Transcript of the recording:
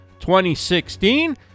2016